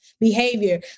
behavior